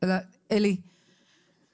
עלי,